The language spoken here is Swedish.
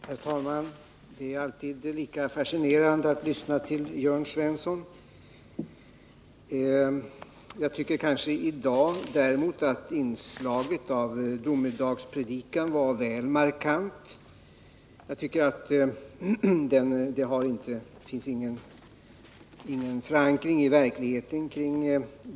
Herr talman! Det är alltid lika fascinerande att lyssna till Jörn Svensson. Däremot var kanske inslaget av domedagspredikan i dag väl markant.